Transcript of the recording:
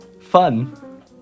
fun